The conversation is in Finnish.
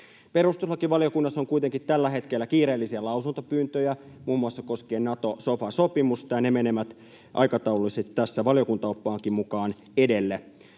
Perustuslakivaliokunnassa on kuitenkin tällä hetkellä kiireellisiä lausuntopyyntöjä koskien muun muassa Nato-sofa-sopimusta, ja ne menevät tässä aikataulullisesti valiokuntaoppaankin mukaan edelle.